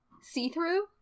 see-through